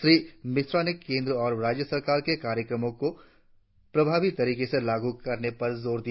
श्री मिश्रा ने केंद्र और राज्य सरकार के कार्यक्रमों को प्रभावी तरीके से लागू करने पर जोर दिया